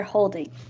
Holding